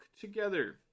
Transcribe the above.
together